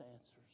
answers